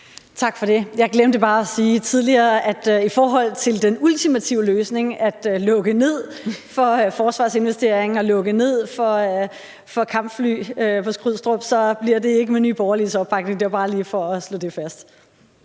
Vermund (NB): Jeg glemte bare tidligere at sige, at det i forhold til den ultimative løsning, nemlig at lukke ned for forsvarets investeringer og at lukke ned for kampfly på Skrydstrup, ikke bliver med Nye Borgerliges opbakning. Det var bare lige for at slå det fast.